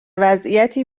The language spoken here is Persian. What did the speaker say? وضعیتی